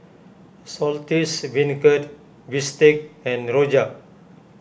Saltish Beancurd Bistake and Rojak